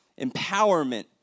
Empowerment